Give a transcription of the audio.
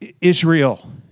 Israel